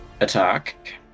attack